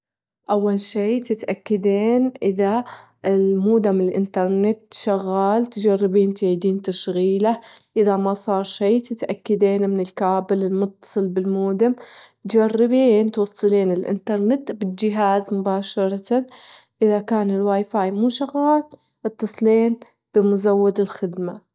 أول شي تتأكدين إذا Internet Modem شغال، تجربين تعيدين تشغيله إذا ما صار شي تتأكدين من Cable المتصل بModem، تجربين توصلي Intenet بالجهاز مباشرة، إذا كان WiFi مو شغال أتصلين بمزود الخدمة.